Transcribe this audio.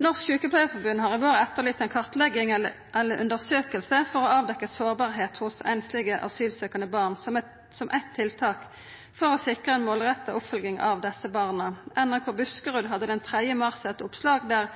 Norsk Sykepleierforbund har i vår etterlyst ei kartlegging eller ei undersøking for å avdekka sårbarheit hos einslege asylsøkjande barn, som eitt tiltak for å sikra ei målretta oppfølging av desse barna. NRK Buskerud hadde den 3. mars eit oppslag der